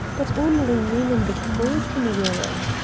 but only men on the crew can wear it!